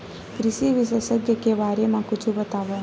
कृषि विशेषज्ञ के बारे मा कुछु बतावव?